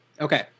okay